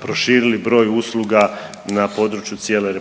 proširili broj usluga na području cijele RH.